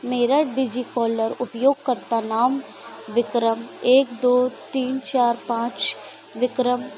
मेरा डिजीकॉलर उपयोगकर्ता नाम विक्रम एक दो तीन चार पाँच विक्रम